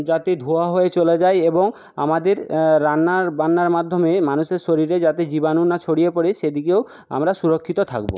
যাতে ধোয়া হয়ে চলে যায় এবং আমাদের রান্নার বান্নার মাধ্যমে মানুষের শরীরে যাতে জীবাণু না ছড়িয়ে পড়ে সেদিকেও আমরা সুরক্ষিত থাকব